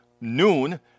noon